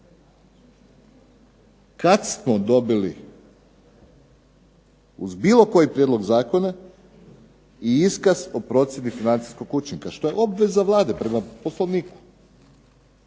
Kada smo dobili uz bilo koji prijedlog zakona i iskaz o procjeni financijskog učinka što je obveza Vlade prema Poslovniku.